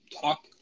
talk